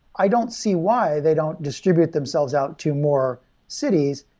i don't see why they don't distribute themselves out to more cities.